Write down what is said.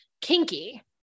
kinky